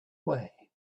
way